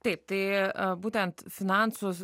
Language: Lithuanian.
taip tai būtent finansų